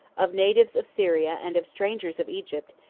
of natives of syria and of strangers of egypt,